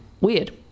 Weird